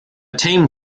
tame